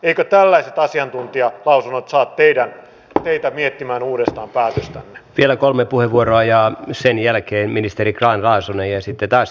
eivätkö tällaiset asiantuntijalausunnot saa teitä miettimään uudestaan päätöstä vielä kolme puheenvuoroa ja sen jälkeen ministeri grahn laasonen ja sitä päätöstänne